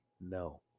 No